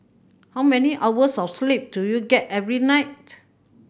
how many hours of sleep do you get every night